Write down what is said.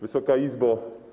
Wysoka Izbo!